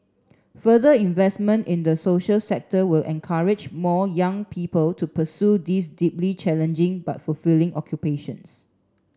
further investment in the social sector will encourage more young people to pursue these deeply challenging but fulfilling occupations